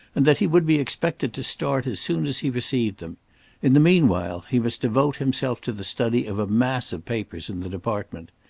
and that he would be expected to start as soon as he received them in the meanwhile, he must devote himself to the study of a mass of papers in the department.